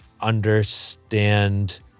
understand